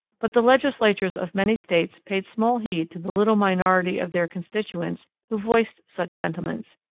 but the legislatures of many states paid small heed to the little minority of their constituents who voiced such sentiments,